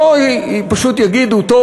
פשוט יגידו: טוב,